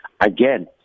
again